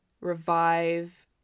revive